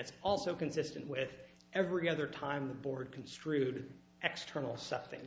it's also consistent with every other time the board construed x terminal something